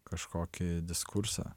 kažkokį diskursą